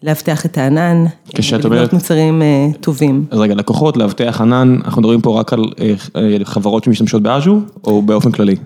לאבטח את הענן, לבדוק מוצרים טובים. אז רגע, לקוחות, לאבטח ענן, אנחנו מדברים פה רק על חברות שמשתמשות באז'ור, או באופן כללי?